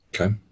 Okay